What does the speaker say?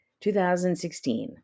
2016